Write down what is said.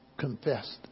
confessed